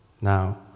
Now